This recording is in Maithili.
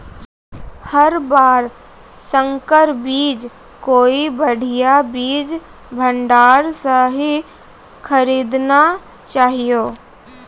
हर बार संकर बीज कोई बढ़िया बीज भंडार स हीं खरीदना चाहियो